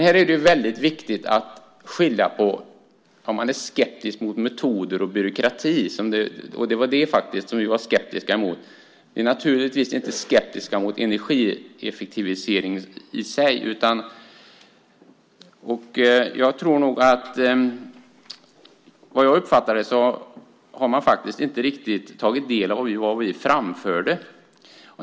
Här är det viktigt att skilja på om man är skeptisk mot metoder och byråkrati, som vi var skeptiska mot, och om man är skeptisk mot energieffektivisering i sig, som vi naturligtvis inte är skeptiska mot. Som jag uppfattar det har man inte riktigt tagit del av det som vi framförde.